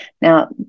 Now